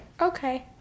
Okay